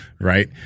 right